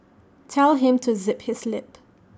tell him to zip his lip